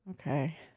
Okay